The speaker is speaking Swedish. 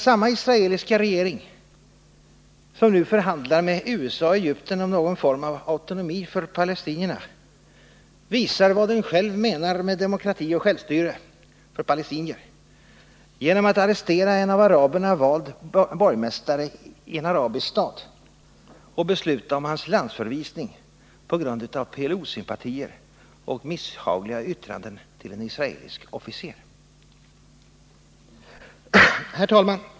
Samma israeliska regering som förhandlar med USA och Egypten om någon form av autonomi för palestinierna visar vad den själv menar med demokrati och självstyre för palestinier genom att arrestera en av araberna vald borgmästare i en arabisk stad och besluta om hans landsförvisning på grund av PLO sympatier och misshagliga yttranden till en israelisk officer. Herr talman!